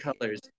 colors